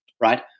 Right